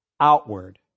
outward